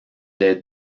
les